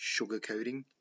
sugarcoating